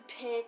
pick